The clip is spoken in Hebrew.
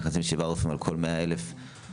מכניסים כשבעה רופאים על כל 100,000 אזרחים,